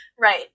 Right